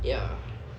ya